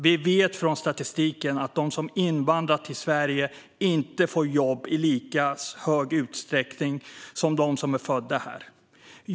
Vi vet från statistiken att de som har invandrat till Sverige inte får jobb i lika stor utsträckning som de som är födda här.